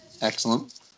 Excellent